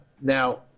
Now